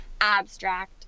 abstract